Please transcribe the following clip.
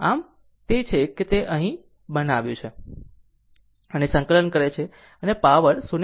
આમ તે છે કે તેને અહીં બનાવ્યું છે અને સંકલન કરે છે અને પાવર 0